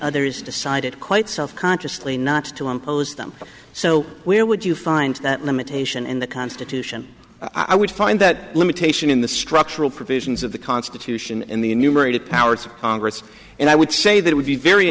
others decided quite self consciously not to impose them so where would you find that limitation in the constitution i would find that limitation in the structural provisions of the constitution and the numerated powers of congress and i would say that would be very